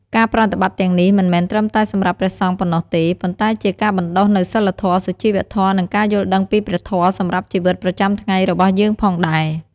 ការប្រតិបត្តិទាំងនេះមិនមែនត្រឹមតែសម្រាប់ព្រះសង្ឃប៉ុណ្ណោះទេ ប៉ុន្តែជាការបណ្តុះនូវសីលធម៌ សុជីវធម៌ និងការយល់ដឹងពីព្រះធម៌សម្រាប់ជីវិតប្រចាំថ្ងៃរបស់យើងផងដែរ។